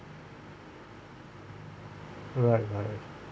you're right about it